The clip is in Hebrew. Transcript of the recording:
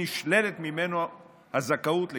נשללת ממנו הזכאות לגמלאות.